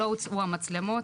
לא הוצאו המצלמות.